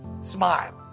smile